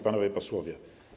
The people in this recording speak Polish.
Panowie Posłowie!